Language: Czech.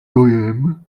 dojem